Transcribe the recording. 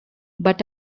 but